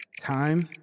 Time